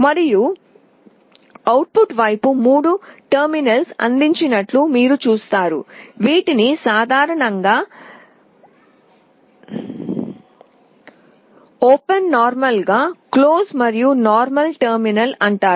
మరియు అవుట్పుట్ వైపు మూడు టెర్మినల్స్ అందించినట్లు మీరు చూస్తారు వీటిని సాధారణంగా ఓపెన్ సాధారణంగా క్లోజ్డ్ మరియు సాధారణ టెర్మినల్ అంటారు